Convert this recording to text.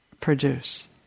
produce